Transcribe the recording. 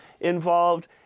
involved